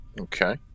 Okay